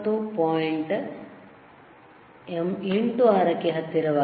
86 ಕ್ಕೆ ಹತ್ತಿರವಾಗಿದೆ